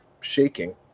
shaking